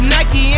Nike